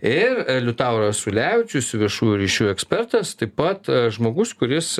ir liutauras ulevičius viešųjų ryšių ekspertas taip pat žmogus kuris